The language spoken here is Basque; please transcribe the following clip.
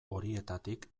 horietatik